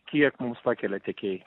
kiek mums pakelia tiekėjai